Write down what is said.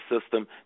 system